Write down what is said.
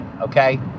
okay